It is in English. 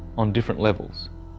on different levels,